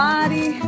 Body